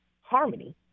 harmony